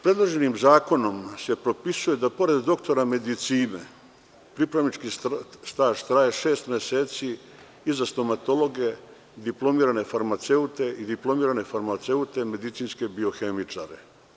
Predloženim zakonom se propisuje da, pored doktora medicine, pripravnički staž traje šest meseci i za stomatologe, diplomirane farmaceute i diplomirane farmaceute medicinske biohemičare.